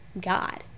god